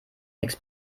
nichts